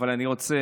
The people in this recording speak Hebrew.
אבל אני רוצה